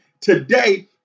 today